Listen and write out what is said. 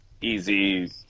easy